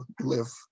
live